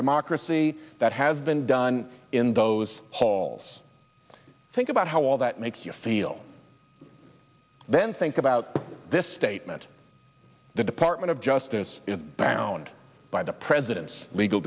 democracy that has been done in those halls think about how all that makes you feel then think about this statement the department of justice pound by the president's legal